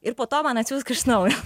ir po to man atsiųsk iš naujo